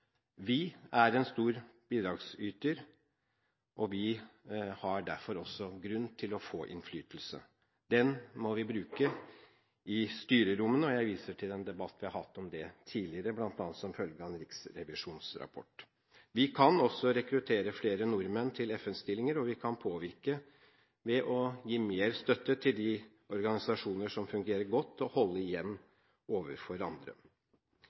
Vi er en stor bidragsyter, og vi har derfor også grunn til å få innflytelse. Den må vi bruke i styrerommene, og jeg viser til en debatt vi har hatt om det tidligere, bl.a. som følge av en rapport fra Riksrevisjonen. Vi kan også rekruttere flere nordmenn til FN-stillinger, og vi kan påvirke ved å gi mer støtte til de organisasjonene som fungerer godt, og holde igjen overfor andre.